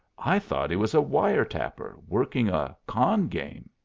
i thought he was a wire-tapper, working a con game!